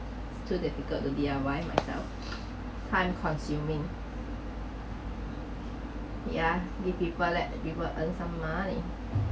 too difficult to D_I_Y myself time consuming ya give people let people earn some money